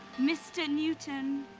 mr. newton!